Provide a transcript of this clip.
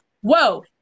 whoa